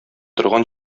торган